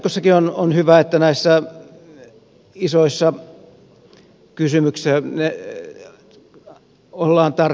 jatkossakin on hyvä että näissä isoissa kysymyksissä ollaan tarkkoina